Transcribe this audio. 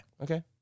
Okay